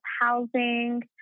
housing